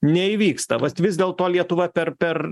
neįvyksta vat vis dėlto lietuva per per